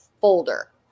folder